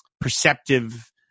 perceptive